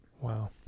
Wow